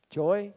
joy